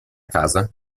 casa